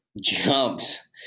jumps